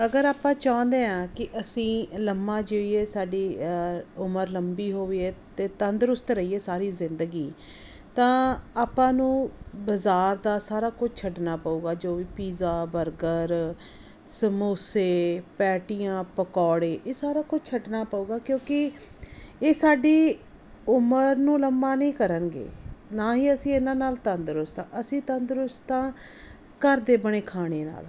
ਅਗਰ ਆਪਾਂ ਚਾਹੁੰਦੇ ਹਾਂ ਕਿ ਅਸੀਂ ਲੰਮਾ ਜੀਏ ਇਹ ਸਾਡੀ ਉਮਰ ਲੰਬੀ ਹੋਵੇ ਅਤੇ ਤੰਦਰੁਸਤ ਰਹੀਏ ਸਾਰੀ ਜ਼ਿੰਦਗੀ ਤਾਂ ਆਪਾਂ ਨੂੰ ਬਾਜ਼ਾਰ ਦਾ ਸਾਰਾ ਕੁਛ ਛੱਡਣਾ ਪਊਗਾ ਜੋ ਵੀ ਪੀਜ਼ਾ ਬਰਗਰ ਸਮੋਸੇ ਪੈਟੀਆਂ ਪਕੌੜੇ ਇਹ ਸਾਰਾ ਕੁਝ ਛੱਡਣਾ ਪਊਗਾ ਕਿਉਂਕਿ ਇਹ ਸਾਡੀ ਉਮਰ ਨੂੰ ਲੰਬਾ ਨਹੀਂ ਕਰਨਗੇ ਨਾ ਹੀ ਅਸੀਂ ਇਹਨਾਂ ਨਾਲ ਤੰਦਰੁਸਤ ਹਾਂ ਅਸੀਂ ਤੰਦਰੁਸਤ ਹਾਂ ਘਰ ਦੇ ਬਣੇ ਖਾਣੇ ਨਾਲ